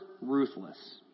ruthless